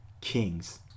kings